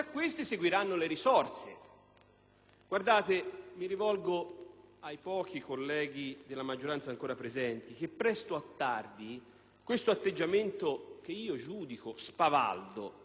mi rivolgo ai pochi colleghi della maggioranza ancora presenti - che presto o tardi questo atteggiamento, che giudico spavaldo e noncurante dei problemi reali,